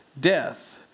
death